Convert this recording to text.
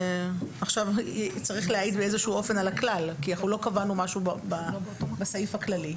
עכשיו צריך להעיד באיזה אופן על הכלל כי לא קבענו משהו בסעיף הכללי.